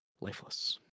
lifeless